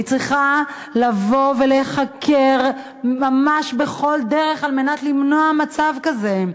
היא צריכה להיחקר ממש בכל דרך על מנת למנוע מצב כזה.